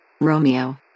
Romeo